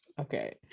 Okay